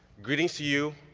greetings to you,